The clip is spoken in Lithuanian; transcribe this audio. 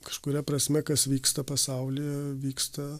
kažkuria prasme kas vyksta pasaulyje vyksta